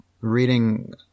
reading